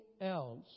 else